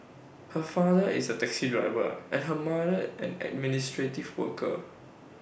her father is A taxi driver and her mother an administrative worker